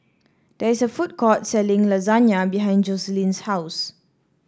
there is a food court selling Lasagne behind Joseline's house